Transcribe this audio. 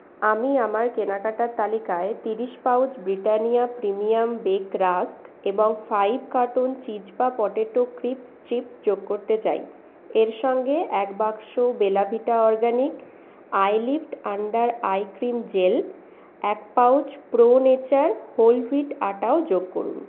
আমি আমার কেনাকাটার তালিকায় তিরিশ pouch Britannia premium bake rusk এবং ফাইভ কার্টন চিজপা পটেটো ক্রিস্পস চিপস্ যোগ করতে চাই এর সঙ্গে এক বাক্স Bella Vita organic eye lift under eye cream gel এক pouch pro nature whole wheat আটাও যোগ করুন